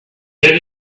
other